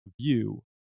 view